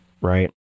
right